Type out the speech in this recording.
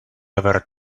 ever